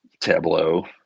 tableau